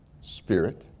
spirit